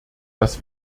dass